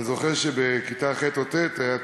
ואני זוכר שבכיתה ח' או ט' היה טקס,